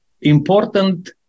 important